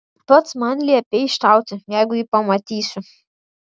pats man liepei šauti jeigu jį pamatysiu